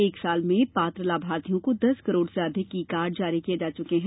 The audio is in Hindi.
एक साल में पात्र लाभार्थियों को दस करोड़ से अधिक ई कार्ड जारी किए जा चुके हैं